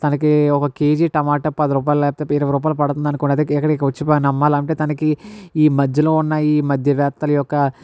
తనకి ఒక kg tomato పది రూపాయలు లేకపోతే ఇరవై రూపాయలు పడుతుంది అనుకోండి అదే ఇక్కడికి వచ్చి దాన్ని అమ్మాలంటే తనకి ఈ మధ్యలో ఉన్న ఈ మధ్యవర్తుల యొక్క